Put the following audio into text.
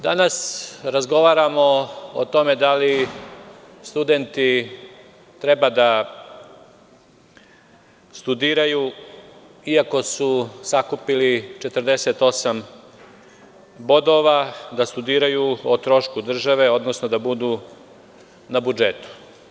Danas razgovaramo o tome da li studenti treba da studiraju, iako su sakupili 48 bodova, da studiraju o trošku države, odnosno da budu na budžetu.